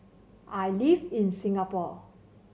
I live in Singapore